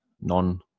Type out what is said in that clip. non